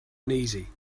uneasy